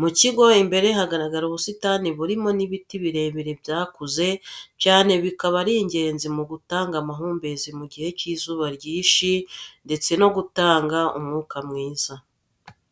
mu kigo imbere hagaragara ubusitani burimo n'ibiti birebire byakuze cyane bikaba ari ingenzi mu gutanga amahumbezi mu gihe cy'izuba ryinshi ndetse no gutanga umwuka mwiza.